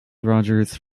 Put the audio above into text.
rogers